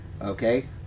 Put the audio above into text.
okay